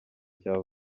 cya